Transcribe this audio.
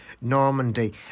Normandy